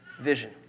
vision